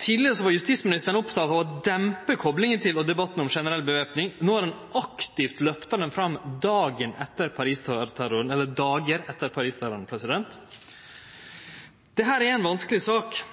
Tidlegare var justisministeren oppteken av å dempe koplinga til debatten om generell væpning. No har han aktivt løfta det fram dagar etter Paris-terroren. Dette er ei vanskeleg sak. Det er vanskeleg